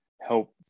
help